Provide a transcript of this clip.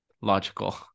logical